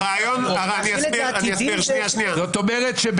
זאת אומרת,